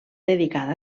dedicada